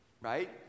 Right